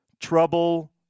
Trouble